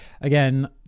Again